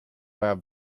vajab